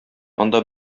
анда